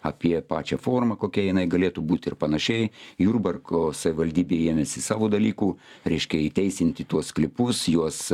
apie pačią formą kokia jinai galėtų būt ir panašiai jurbarko savivaldybė ėmėsi savo dalykų reiškia įteisinti tuos sklypus juos